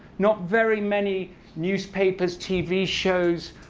not very many newspapers, tv shows,